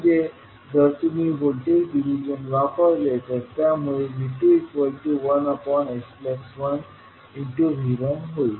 म्हणजे जर तुम्ही व्होल्टेज डिव्हिजन वापरले तर त्यामुळे V21s1V1 होईल